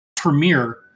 Premiere